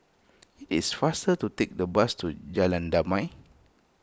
it is faster to take the bus to Jalan Damai